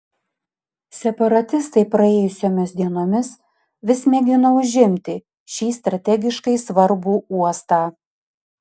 separatistai praėjusiomis dienomis vis mėgino užimti šį strategiškai svarbų uostą